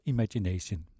Imagination